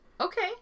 okay